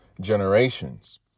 generations